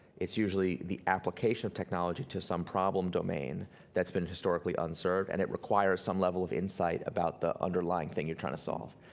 it's usually the application of technology to some problem domain that's been historically unserved, and it requires some level of insight about the underlying thing you're trying to solve.